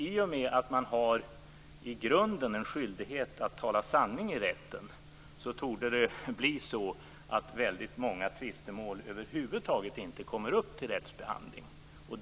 I och med att man i grunden har en skyldighet att tala sanning i rätten torde väldigt många tvistemål över huvud taget inte komma upp till rättsbehandling.